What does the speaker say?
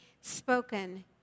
spoken